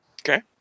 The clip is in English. okay